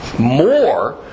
More